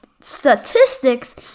statistics